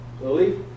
Lily